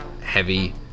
heavy